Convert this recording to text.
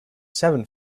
seven